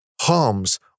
harms